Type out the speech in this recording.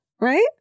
Right